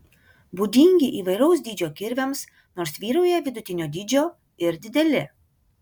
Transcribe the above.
būdingi įvairaus dydžio kirviams nors vyrauja vidutinio dydžio ir dideli